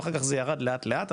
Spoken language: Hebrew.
ואחר כך זה ירד לאט לאט.